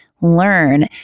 learn